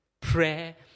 prayer